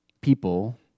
people